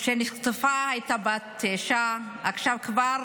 כשנחטפה הייתה בת תשע, עכשיו כבר